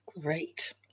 great